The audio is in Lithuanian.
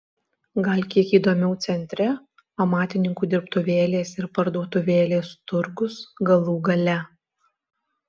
gal kiek įdomiau centre amatininkų dirbtuvėlės ir parduotuvėlės turgus galų gale